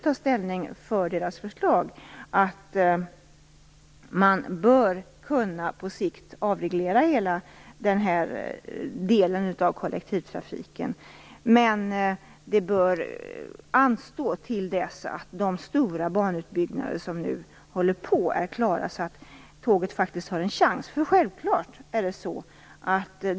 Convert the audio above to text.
Man bör på sikt kunna avreglera hela denna del av kollektivtrafiken, men det bör anstå till dess att de stora banutbyggnader som nu håller på är klara, så att tåget faktiskt har en chans.